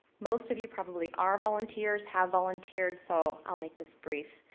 most of you probably are volunteers, have volunteered, so i'll make this brief.